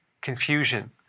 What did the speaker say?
confusion